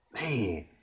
Man